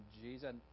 Jesus